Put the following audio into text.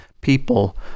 people